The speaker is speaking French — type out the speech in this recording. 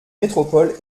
métropole